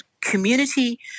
community